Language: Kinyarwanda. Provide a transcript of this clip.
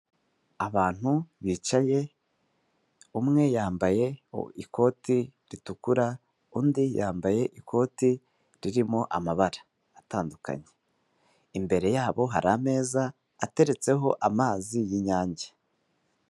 Abantu bicaye, umwe yambaye ikoti ritukura, undi yambaye ikoti ririmo amabara atandukanye. Imbere yabo hari ameza ateretseho amazi y'inyange.